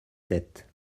tête